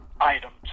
items